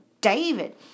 David